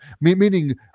meaning